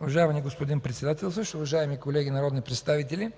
Уважаеми господин Председателстващ, уважаеми колеги народни представители,